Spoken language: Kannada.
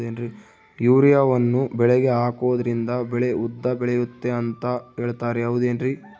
ಯೂರಿಯಾವನ್ನು ಬೆಳೆಗೆ ಹಾಕೋದ್ರಿಂದ ಬೆಳೆ ಉದ್ದ ಬೆಳೆಯುತ್ತೆ ಅಂತ ಹೇಳ್ತಾರ ಹೌದೇನ್ರಿ?